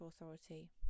Authority